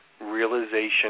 realization